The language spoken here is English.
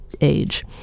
age